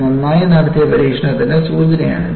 നന്നായി നടത്തിയ പരീക്ഷണത്തിന്റെ സൂചനയാണിത്